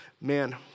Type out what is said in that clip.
man